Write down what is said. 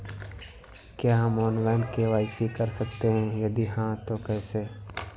क्या हम online KYC कर सकते हैं यदि हाँ तो कैसे?